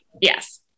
Yes